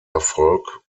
erfolg